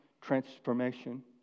transformation